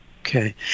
Okay